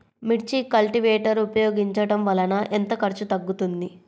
మిర్చి కల్టీవేటర్ ఉపయోగించటం వలన ఎంత ఖర్చు తగ్గుతుంది?